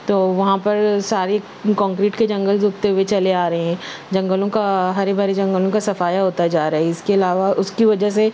تو وہاں پر ساری کونکریٹ کے جنگل جو اگتے ہوئے چلے آ رہے ہیں جنگلوں کا ہرے بھرے جنگلوں کا صفایا ہوتا جا رہا ہے اس کے علاوہ اس کی وجہ سے